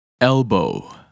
Elbow